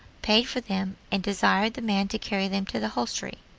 paid for them, and desired the man to carry them to the hostelry.